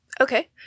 Okay